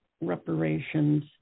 reparations